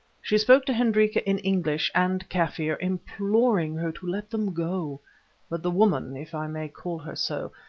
she spoke to hendrika in english and kaffir, imploring her to let them go but the woman, if i may call her so,